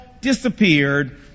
disappeared